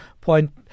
point